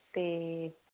ਤੇ